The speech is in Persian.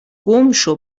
گمشو